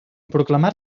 proclamar